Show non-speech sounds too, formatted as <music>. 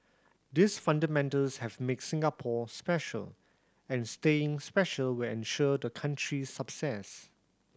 these fundamentals have make Singapore special and staying special will ensure the country's <unintelligible>